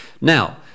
Now